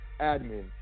admin